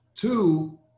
Two